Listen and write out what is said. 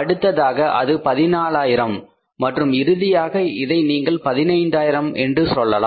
அடுத்ததாக அது 14000 மற்றும் இறுதியாக அதை நீங்கள் 15000 என்று சொல்லலாம்